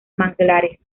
manglares